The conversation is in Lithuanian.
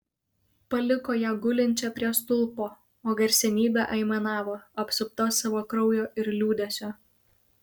paliko ją gulinčią prie stulpo o garsenybė aimanavo apsupta savo kraujo ir liūdesio